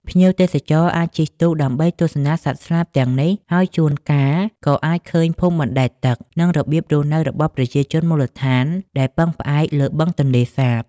ភ្ញៀវទេសចរអាចជិះទូកដើម្បីទស្សនាសត្វស្លាបទាំងនេះ ហើយជួនកាលក៏អាចឃើញភូមិបណ្តែតទឹក និងរបៀបរស់នៅរបស់ប្រជាជនមូលដ្ឋានដែលពឹងផ្អែកលើបឹងទន្លេសាប។